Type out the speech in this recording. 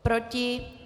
Proti?